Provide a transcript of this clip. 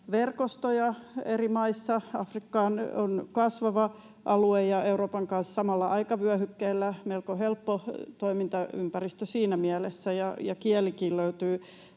verkostoja eri maissa? Afrikka on kasvava alue ja Euroopan kanssa samalla aikavyöhykkeellä, melko helppo toimintaympäristö siinä mielessä, ja kielikin,